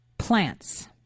plants